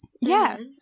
Yes